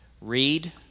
read